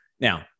Now